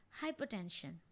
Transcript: hypertension